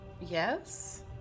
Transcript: Yes